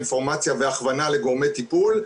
אינפורמציה והכוונה לגורמי טיפול.